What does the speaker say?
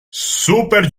super